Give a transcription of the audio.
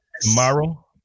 Tomorrow